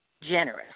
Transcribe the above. generous